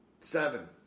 seven